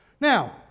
Now